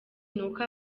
nuko